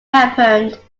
happened